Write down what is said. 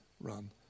run